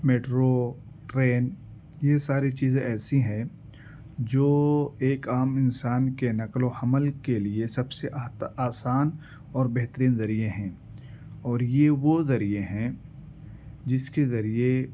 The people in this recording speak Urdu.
میٹرو ٹرین یہ ساری چیزیں ایسی ہیں جو ایک عام انسان کے نقل و حمل کے لیے سب سے آسان اور بہترین ذریعے ہیں اور یہ وہ ذریعے ہیں جس کے ذریعے